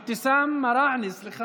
שיכורה.